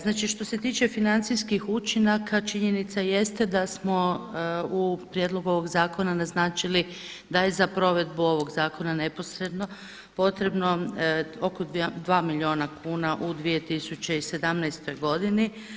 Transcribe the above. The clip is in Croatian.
Znači što se tiče financijskih učinaka činjenica jeste da smo u prijedlogu ovog zakona naznačili da je za provedbu ovog zakona neposredno potrebno oko 2 milijuna kuna u 2017. godini.